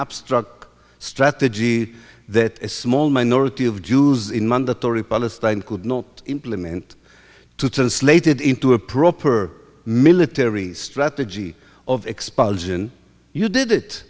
abstract strategy that a small minority of jews in mandatory palestine could not implement translated into a proper military strategy of expulsion you did it